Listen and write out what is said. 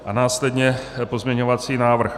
A následně pozměňovací návrh